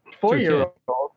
four-year-old